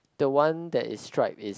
the one that is striped is